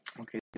okay